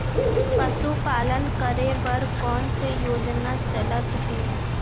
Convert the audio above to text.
पशुपालन करे बर कोन से योजना चलत हे?